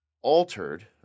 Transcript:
altered